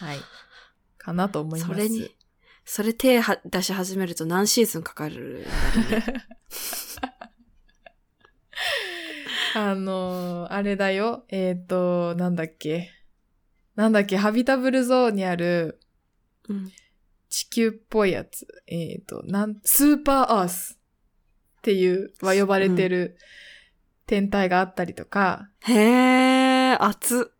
はい。かなと思います。それに、それ手は- 出し始めると何シーズンかかるんだろうね。 あのー、あれだよ。えーと、なんだっけ。なんだっけ。ハビタブルゾーンにある、うん。地球っぽいやつ。えーと、なん、スーパーアースっていうは呼ばれてるうん。天体があったりとか。へー、熱っ。